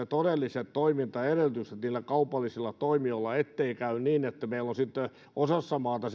todelliset toimintaedellytykset niillä kaupallisilla toimijoilla ettei käy niin että meillä on sitten osassa maata